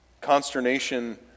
consternation